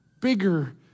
bigger